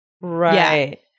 Right